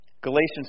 Galatians